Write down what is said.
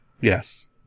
Yes